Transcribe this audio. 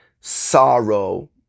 sorrow